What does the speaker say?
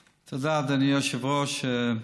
תודה, אדוני היושב-ראש.